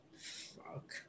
Fuck